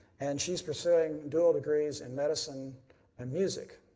and she is pursuing dual degrees in medicine and music.